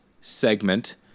segment